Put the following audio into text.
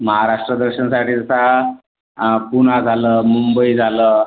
महाराष्ट्र दर्शनसाठीचा पुणे झालं मुंबई झालं